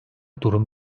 durum